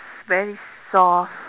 very soft